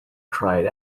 cried